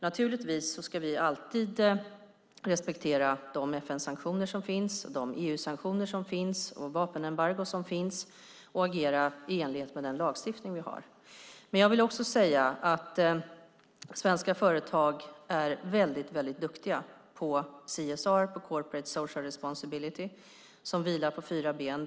Naturligtvis ska vi alltid respektera de FN-sanktioner, de EU-sanktioner och de vapenembargon som finns och agera i enlighet med den lagstiftning vi har. Men svenska företag är duktiga på CSR, det vill säga corporate social responsibility. Det vilar på fyra ben.